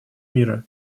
мира